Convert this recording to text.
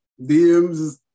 DMs